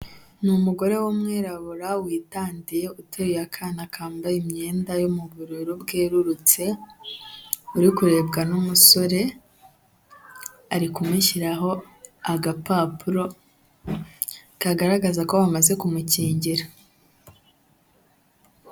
Ni umugore w'umwirabura witandiye, uteruye akana kambaye imyenda yo mu bururu bwerurutse uri kurebwa n'umusore, ari kumushyiraho agapapuro kagaragaza ko bamaze kumukingira.